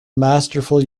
masterful